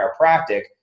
chiropractic